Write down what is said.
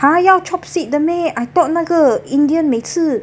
!huh! 要 chope seat 的 meh I thought 那个 indian 每次